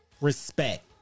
respect